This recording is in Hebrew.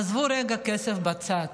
עזבו רגע כסף בצד,